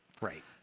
Right